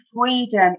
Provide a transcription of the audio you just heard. freedom